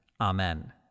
Amen